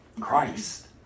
Christ